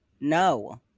No